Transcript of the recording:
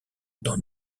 dans